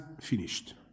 finished